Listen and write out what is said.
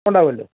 ഉണ്ടാവുമല്ലോ